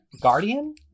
Guardian